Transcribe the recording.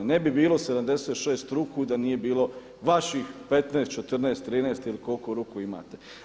Ne bi bilo 76 ruku da nije bilo vaših 15, 14, 13 ili koliko ruku imate.